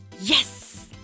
Yes